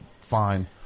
fine